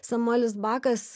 samuelis bakas